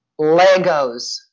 Legos